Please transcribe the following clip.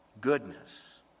goodness